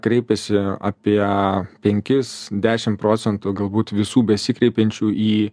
kreipiasi apie penkis dešim procentų galbūt visų besikreipiančių į